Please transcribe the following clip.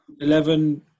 Eleven